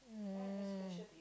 um